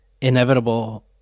inevitable